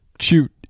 shoot